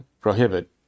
prohibit